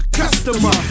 customer